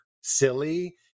silly